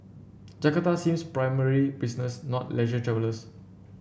Jakarta sees primarily business not leisure travellers